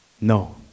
No